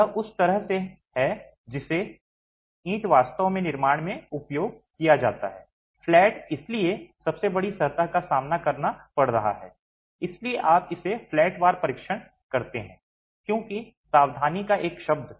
यह उस तरह से है जैसे ईंट वास्तव में निर्माण में उपयोग किया जाता है फ्लैट इसलिए सबसे बड़ी सतह का सामना करना पड़ रहा है इसलिए आप इसे फ्लैट वार परीक्षण करते हैं हालाँकि सावधानी का एक शब्द